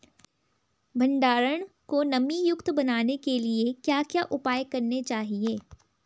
भंडारण को नमी युक्त बनाने के लिए क्या क्या उपाय करने चाहिए?